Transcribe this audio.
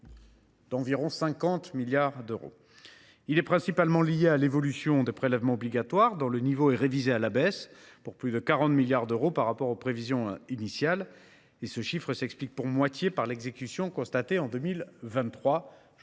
d’environ 50 milliards d’euros est principalement lié à l’évolution des prélèvements obligatoires, dont le produit est revu à la baisse pour plus de 40 milliards d’euros par rapport aux prévisions initiales ; ce chiffre s’explique pour moitié par l’exécution constatée en 2023.